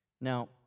Now